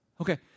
okay